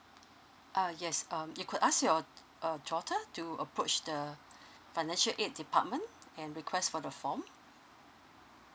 uh yes um you could ask your uh daughter to approach the financial aid department and request for the form